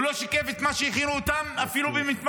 הוא לא שיקף את מה שהכינו אותם, אפילו כמתמחים.